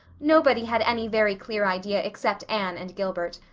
nobody had any very clear idea except anne and gilbert.